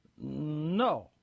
No